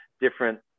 different